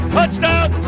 Touchdown